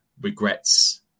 regrets